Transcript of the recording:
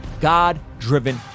God-Driven